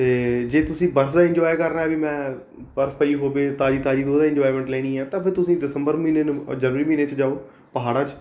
ਅਤੇ ਜੇ ਤੁਸੀਂ ਬਰਫ ਦਾ ਇੰਜੋਏ ਕਰਨਾ ਵੀ ਮੈਂ ਬਰਫ਼ ਪਈ ਹੋਵੇ ਤਾਜ਼ੀ ਤਾਜ਼ੀ ਅਤੇ ਉਹਦਾ ਇੰਜੁਆਏਮੈਂਟ ਲੈਣੀ ਆ ਤਾਂ ਫਿਰ ਤੁਸੀਂ ਦਸੰਬਰ ਮਹੀਨੇ ਨੂੰ ਜਨਵਰੀ ਮਹੀਨੇ 'ਚ ਜਾਉ ਪਹਾੜਾਂ 'ਚ